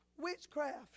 witchcraft